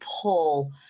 pull